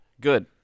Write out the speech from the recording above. good